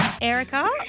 Erica